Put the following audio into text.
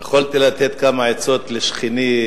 יכולתי לתת כמה עצות לשכני,